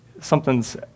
Something's